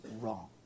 wrong